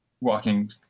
walking